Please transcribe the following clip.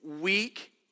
weak